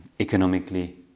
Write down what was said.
economically